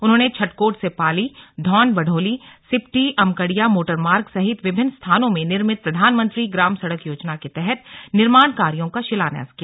उन्होंने छटकोट से पाली धौन बढोली सिप्टी अमकड़िया मोटरमार्ग सहित विभिन्न स्थानों में निर्मित प्रधानमंत्री ग्राम सड़क योजना के तहत निर्माण कार्यो का शिलान्यास किया